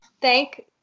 Thank